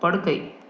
படுக்கை